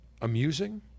amusing